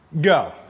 Go